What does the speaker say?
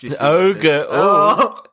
Ogre